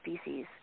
species